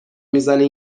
میزنه